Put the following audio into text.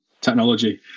technology